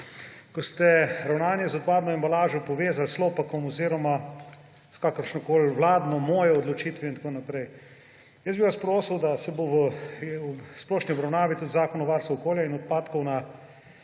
Ko ste ravnanje z odpadno embalažo povezali s Slopakom oziroma s kakršnokoli vladno, mojo odločitvijo in tako naprej. Jaz bi vas prosil –v splošni obravnavi bo tudi zakon o varstvu okolja in odpadkov,